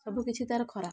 ସବୁ କିଛି ତା'ର ଖରାପ